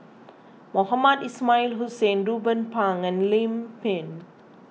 Mohamed Ismail Hussain Ruben Pang and Lim Pin